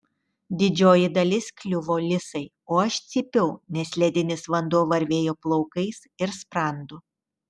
didžioji dalis kliuvo lisai o aš cypiau nes ledinis vanduo varvėjo plaukais ir sprandu